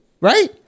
right